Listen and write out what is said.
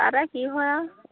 তাকে কি হয় আৰু